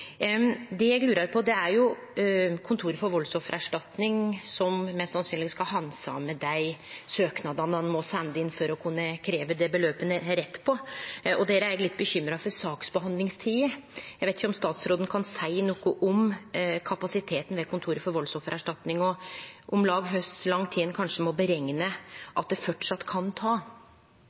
Det eg lurar på, gjeld Kontoret for valdsoffererstatning, som mest sannsynleg skal handsame dei søknadene ein må sende inn for å kunne krevje inn det beløpet ein har rett på, og der er eg litt bekymra for saksbehandlingstida. Eg veit ikkje om statsråden kan seie noko om kapasiteten ved Kontoret for valdsoffererstatning og om lag kor lang tid ein må berekne at det framleis kan ta.